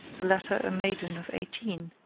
the latter a maiden of eighteen,